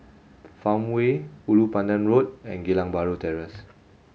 Farmway Ulu Pandan Road and Geylang Bahru Terrace